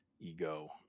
ego